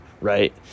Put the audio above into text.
right